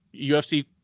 UFC